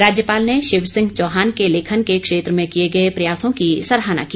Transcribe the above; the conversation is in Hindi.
राज्यपाल ने शिव सिंह चौहान के लेखन के क्षेत्र में किए गए प्रयासों की सराहना की